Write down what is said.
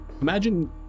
Imagine